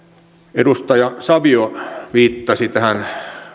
edustaja savio viittasi tähän